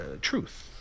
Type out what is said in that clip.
truth